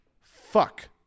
fuck